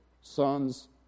sons